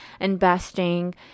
investing